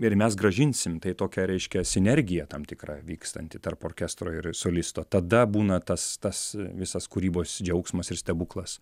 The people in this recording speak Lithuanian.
ir mes grąžinsim tai tokia reiškia sinergija tam tikra vykstanti tarp orkestro ir solisto tada būna tas tas visas kūrybos džiaugsmas ir stebuklas